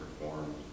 performed